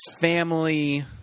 Family